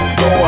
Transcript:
go